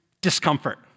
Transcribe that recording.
discomfort